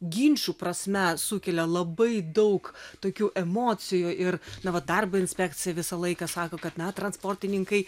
ginčų prasme sukelia labai daug tokių emocijų ir na vat darbo inspekcija visą laiką sako kad na transportininkai